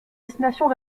destinations